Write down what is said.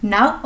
Now